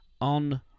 on